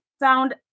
found